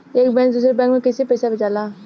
एक बैंक से दूसरे बैंक में कैसे पैसा जाला?